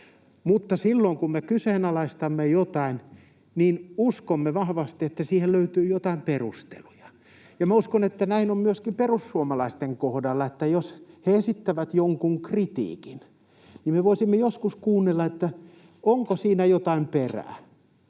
mutta silloin, kun me kyseenalaistamme jotain, niin uskomme vahvasti, että siihen löytyy jotain perusteluja. Minä uskon, että näin on myöskin perussuomalaisten kohdalla. Eli jos he esittävät jonkun kritiikin, niin me voisimme joskus kuunnella, onko siinä jotain perää,